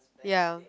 ya